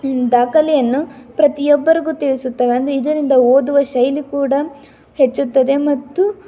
ದಾಖಲೆಯನ್ನು ಪ್ರತಿಯೊಬ್ಬರಿಗೂ ತಿಳಿಸುತ್ತವೆ ಅಂದ್ರೆ ಇದರಿಂದ ಓದುವ ಶೈಲಿ ಕೂಡ ಹೆಚ್ಚುತ್ತದೆ ಮತ್ತು